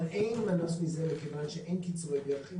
אבל אין מנוס מזה כיוון שאין קיצורי דרך.